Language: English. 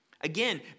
Again